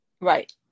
Right